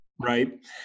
right